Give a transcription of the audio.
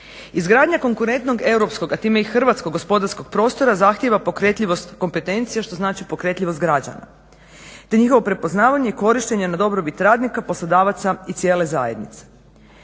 Izgradnja konkurentnog europskog a time i hrvatskog gospodarskog prostora zahtijeva pokretljivost kompetencija što znači pokretljivost građana, te njihovo prepoznavanje i korištenje na dobrobit radnika, poslodavaca i cijele zajednice.